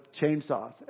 chainsaws